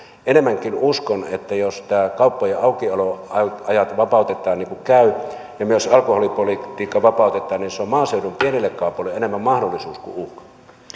enemmänkin uskon että jos nämä kauppojen aukioloajat vapautetaan niin kuin käy ja myös alkoholipolitiikka vapautetaan niin se on maaseudun pienille kaupoille enemmän mahdollisuus kuin uhka